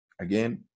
again